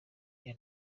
iyo